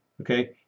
okay